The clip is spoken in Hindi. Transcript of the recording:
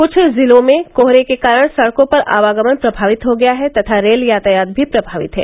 कुछ जिलों में कोहरे के कारण सड़कों पर आवागमन प्रमावित हो गया है तथा रेल यातायात भी प्रमावित है